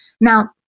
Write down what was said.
Now